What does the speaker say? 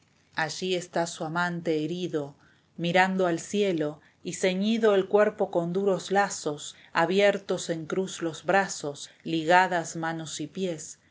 allí está su amante herido mirando al cielo y ceñido el cuerpo con duros lazos abiertos en cruz los brazos ligadas manos y pies